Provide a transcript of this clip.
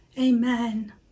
Amen